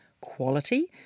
quality